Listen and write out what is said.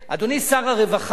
אדוני שר הרווחה,